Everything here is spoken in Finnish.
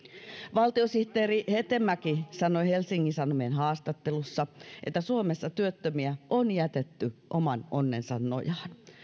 valtiosihteeri hetemäki sanoi helsingin sanomien haastattelussa että suomessa työttömiä on jätetty oman onnensa nojaan